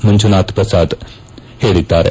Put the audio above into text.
ಮಂಜುನಾಥ್ ಶ್ರಸಾದ್ ಹೇಳಿದ್ದಾರೆ